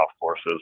courses